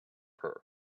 her